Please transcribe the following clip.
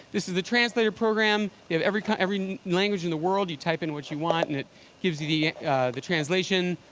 this is the translator program. they have every every language in the world. you type in what you want, and it gives you the the translation.